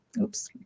Oops